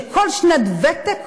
כל שנת ותק